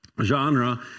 genre